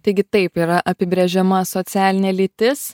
taigi taip yra apibrėžiama socialinė lytis